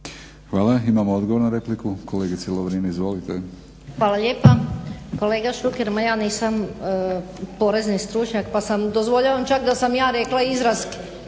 Hvala. Imamo odgovor na repliku. Kolegice Lovrin izvolite. **Lovrin, Ana (HDZ)** Hvala lijepa. Kolega Šuker, ma ja nisam porezni stručnjak pa sam, dozvoljavam čak da sam ja rekla izraz